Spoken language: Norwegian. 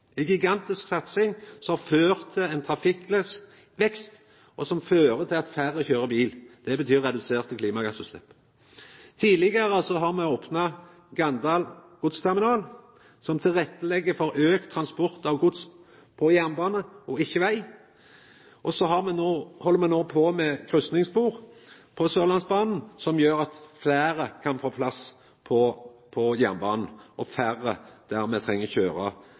ei gigantisk satsing som førte til ein trafikkvekst, og som fører til at færre kjører bil. Det betyr reduserte klimagassutslepp. Tidlegare har me opna Ganddal godsterminal, som legg til rette for auka transport av gods på jernbane, og ikkje veg, og så held me på med kryssingsspor på Sørlandsbanen, som gjer at fleire kan få plass på jernbanen og færre dermed treng